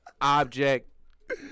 object